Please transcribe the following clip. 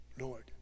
Lord